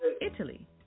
Italy